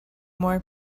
more